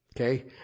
Okay